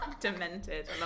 Demented